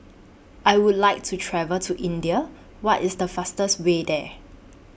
I Would like to travel to India What IS The fastest Way There